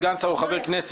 סגן שר או חבר כנסת.